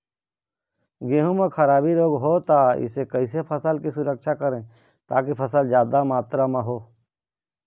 गेहूं म खराबी रोग होता इससे कैसे फसल की सुरक्षा करें ताकि फसल जादा मात्रा म हो?